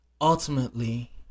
ultimately